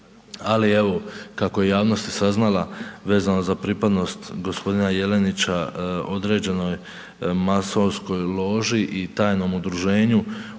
ali evo kako je javnost saznala vezano za pripadnost g. Jelenića određenoj masonskoj loži i tajnom udruženju